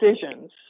decisions